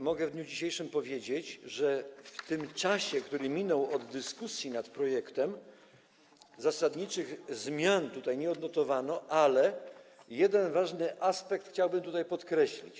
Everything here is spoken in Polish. Mogę w dniu dzisiejszym powiedzieć, że w tym czasie, który minął od dyskusji nad tym projektem, zasadniczych zmian tutaj nie odnotowano, ale jeden ważny aspekt chciałbym podkreślić.